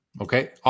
Okay